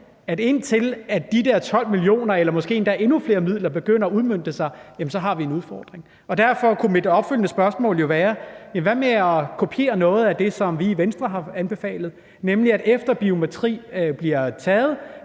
at indtil de der 12 mio. kr. eller måske endda endnu flere midler begynder at udmønte sig, har vi en udfordring. Derfor kunne mit opfølgende spørgsmål jo være: Hvad med at kopiere noget af det, som vi i Venstre har anbefalet, nemlig at efter biometrien bliver taget,